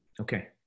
Okay